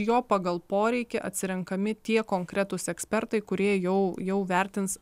jo pagal poreikį atsirenkami tie konkretūs ekspertai kurie jau jau vertins